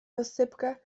rozsypkę